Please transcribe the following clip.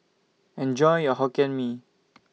Enjoy your Hokkien Mee